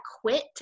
quit